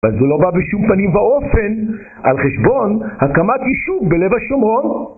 אז זו לא בא בשום פנים ואופן על חשבון הקמת יישוב בלב השומרון